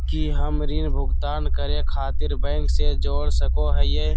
की हम ऋण भुगतान करे खातिर बैंक से जोड़ सको हियै?